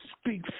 speak